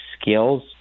skills